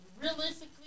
Realistically